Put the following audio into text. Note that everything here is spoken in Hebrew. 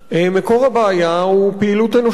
מקור הבעיה הוא פעילות אנושית.